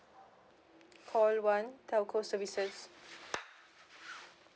call one telco services